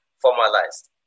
formalized